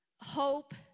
hope